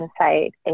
insight